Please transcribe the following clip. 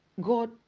God